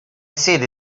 sede